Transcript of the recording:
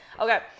Okay